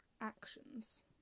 actions